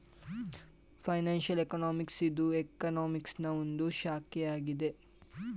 financial economics ಇದು ಎಕನಾಮಿಕ್ಸನಾ ಒಂದು ಶಾಖೆಯಾಗಿದೆ